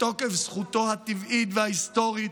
"בתוקף זכותנו הטבעית וההיסטורית,